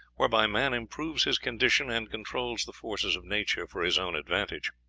whereby man improves his condition, and controls the forces of nature for his own advantage.